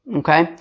okay